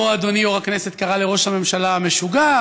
שבהן אדוני יו"ר הכנסת קרא לראש הממשלה משוגע,